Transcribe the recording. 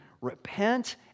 Repent